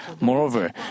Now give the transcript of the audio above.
Moreover